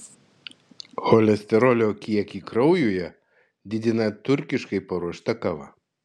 cholesterolio kiekį kraujuje didina turkiškai paruošta kava